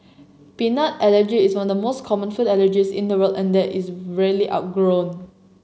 peanut allergy is one of the most common food allergies in the world and one that is rarely outgrown